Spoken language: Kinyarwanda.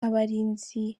abarinzi